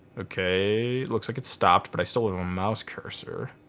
okay, looks like it stopped but i still have a mouse cursor.